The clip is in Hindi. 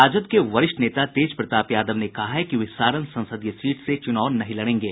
राजद के वरिष्ठ नेता तेज प्रताप यादव ने कहा है कि वे सारण संसदीय सीट से च्रनाव नहीं लड़ेंगे